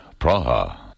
Praha